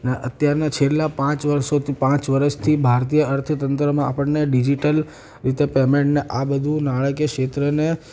અને અત્યારના છેલ્લા પાંચ વરસોથી પાંચ વરસથી ભારતીય અર્થતંત્રમાં આપણને ડિજિટલ રીતે પેમેન્ટ અને આ બધું નાણાકીય ક્ષેત્રને